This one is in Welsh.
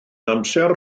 amser